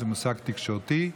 זה מושג תקשורתי.